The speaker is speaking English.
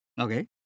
Okay